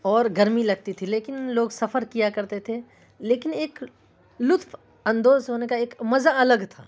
اور گرمی لگتی تھی لیکن لوگ سفر کیا کرتے تھے لیکن ایک لطف اندوز ہونے کا ایک مزا الگ تھا